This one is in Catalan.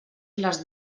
les